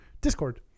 Discord